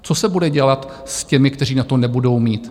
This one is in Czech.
Co se bude dělat s těmi, kteří na to nebudou mít?